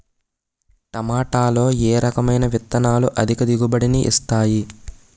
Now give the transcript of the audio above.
టమాటాలో ఏ రకమైన విత్తనాలు అధిక దిగుబడిని ఇస్తాయి